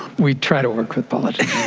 we try to work with politicians.